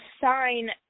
sign –